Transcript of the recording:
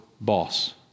boss